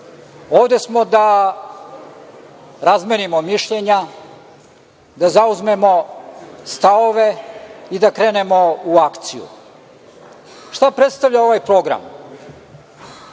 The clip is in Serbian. Ovde smo da razmenimo mišljenja, da zauzmemo stavove i da krenemo u akciju. Šta predstavlja ovaj program?